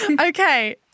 okay